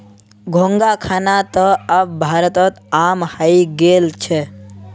घोंघा खाना त अब भारतत आम हइ गेल छ